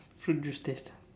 fruit juice taster